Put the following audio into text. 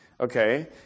Okay